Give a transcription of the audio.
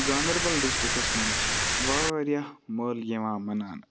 Ganderbal districts مَنٛز چھُ واریاہ مٲلہٕ یِوان مَناونہٕ